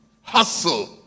Hustle